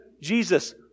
Jesus